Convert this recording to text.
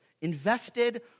invested